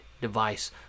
device